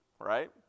right